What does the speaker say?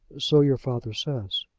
so your father says.